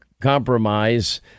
compromise